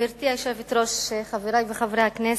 גברתי היושבת-ראש, חברי חברי הכנסת,